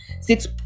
six